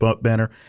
banner